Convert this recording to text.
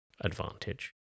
advantage